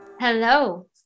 Hello